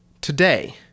Today